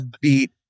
beat